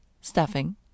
stuffing